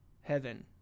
heaven